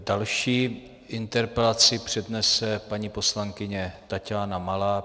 Další interpelaci přednese paní poslankyně Taťána Malá.